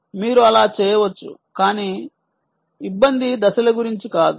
మీరు అలా చేయవచ్చు కానీ ఇబ్బంది దశల గురించి కాదు